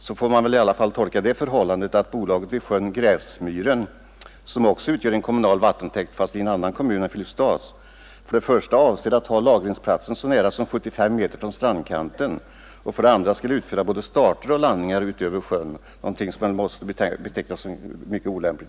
Så får man i alla fall tolka det förhållandet att bolaget vid sjön Gräsmangen, som också utgör en kommunal vattentäkt fastän i en annan kommun än Filipstads, avser att för det första ha lagringsplatsen så nära som 75 meter från strandkanten och för det andra att utföra både starter och landningar ut över sjön — någonting som måste betecknas som mycket olämpligt.